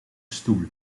stoel